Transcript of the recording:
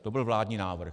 To byl vládní návrh.